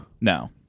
No